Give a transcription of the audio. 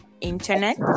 internet